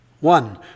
One